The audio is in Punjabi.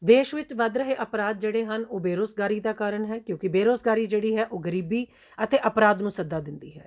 ਦੇਸ਼ ਵਿੱਚ ਵੱਧ ਰਹੇ ਅਪਰਾਧ ਜਿਹੜੇ ਹਨ ਉਹ ਬੇਰੁਜ਼ਗਾਰੀ ਦਾ ਕਾਰਨ ਹੈ ਕਿਉਂਕਿ ਬੇਰੁਜ਼ਗਾਰੀ ਜਿਹੜੀ ਹੈ ਉਹ ਗਰੀਬੀ ਅਤੇ ਅਪਰਾਧ ਨੂੰ ਸੱਦਾ ਦਿੰਦੀ ਹੈ